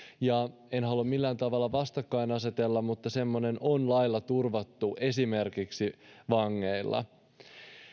en halua millään tavalla vastakkainasetella mutta semmoinen on lailla turvattu esimerkiksi vangeilla